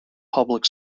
public